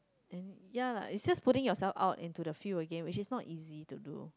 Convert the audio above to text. and ya lah is just putting yourself out into a field again which is not easy to do